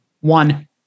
One